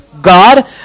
God